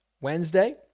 Wednesday